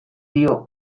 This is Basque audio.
dio